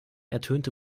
ertönte